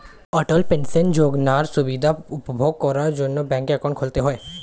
অটল pension যোজনার সুবিধা উপভোগ করার জন্যে ব্যাংকে অ্যাকাউন্ট খুলতে হয়